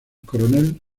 coronel